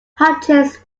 hutchins